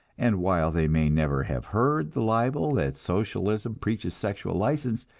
and while they may never have heard the libel that socialism preaches sexual license,